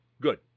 Good